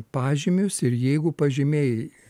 pažymius ir jeigu pažymiai